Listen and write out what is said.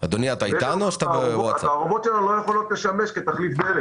-- לא יכולות לשמש תחליף דלק